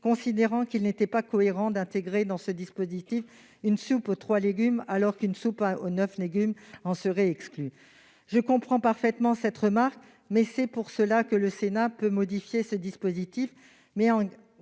considérant qu'il n'était pas cohérent d'inclure dans ce dispositif une soupe aux trois légumes alors qu'une soupe aux neuf légumes en serait exclue. J'entends parfaitement cette remarque : le Sénat peut précisément modifier le dispositif